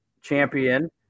champion